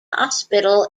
hospital